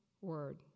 word